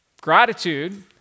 gratitude